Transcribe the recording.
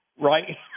right